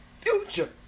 future